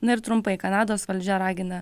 na ir trumpai kanados valdžia ragina